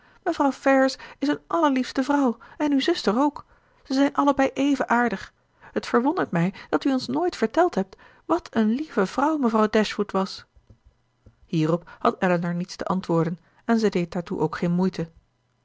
mevrouw ferrars is een allerliefste vrouw en uw zuster ook ze zijn allebei even aardig t verwondert mij dat u ons nooit verteld hebt wat een lieve vrouw mevrouw dashwood was hierop had elinor niets te antwoorden en zij deed daar toe ook geen moeite